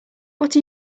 what